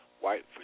*White